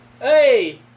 Hey